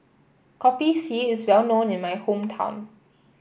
Kopi C is well known in my hometown